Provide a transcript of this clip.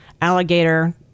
alligator